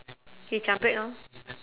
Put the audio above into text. he jam brake orh